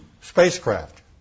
spacecraft